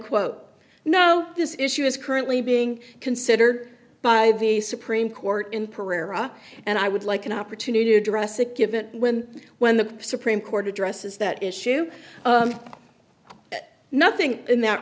quote no this issue is currently being considered by the supreme court in pereira and i would like an opportunity to address a given when when the supreme court addresses that issue nothing in that